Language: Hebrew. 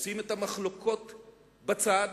נשים את המחלוקות בצד,